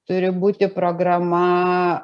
turi būti programa